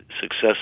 success